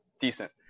Decent